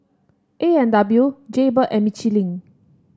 A and W Jaybird and Michelin